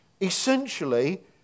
essentially